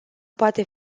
poate